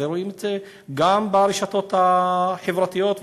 רואים את זה ברשתות גם החברתיות,